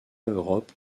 europe